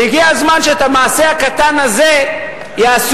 והגיע הזמן שאת המעשה הקטן הזה יעשו.